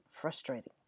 frustrating